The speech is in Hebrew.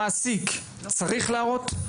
המעסיק צריך להראות?